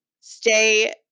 stay